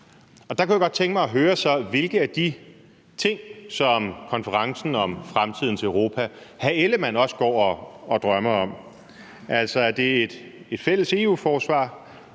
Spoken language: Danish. Der kunne jeg så også godt tænke mig at høre, hvilke af de ting om konferencen om fremtidens Europa hr. Jakob Ellemann-Jensen går og drømmer om. Er det et fælles EU-forsvar,